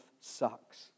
sucks